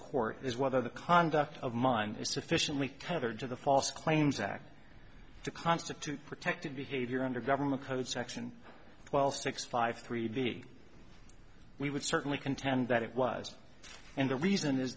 court is whether the conduct of mine is sufficiently tethered to the false claims act to constitute protected behavior under government code section well six five three b we would certainly contend that it was and the reason is